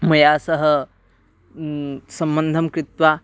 मया सह सम्बन्धं कृत्वा